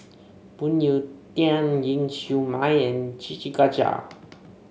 Phoon Yew Tien Ling Siew May and Siti Khalijah